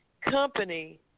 company